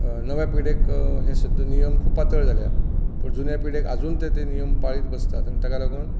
नव्या पिळगेक हे सद्द्या नियम खूब पातळ जाल्यात पूण जुन्या पिळगेक अजून ते नियम पाळीत बसतात आनी ताका लागून